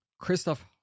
Christoph